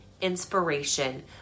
inspiration